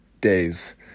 days